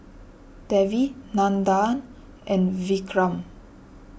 Devi Nandan and Vikram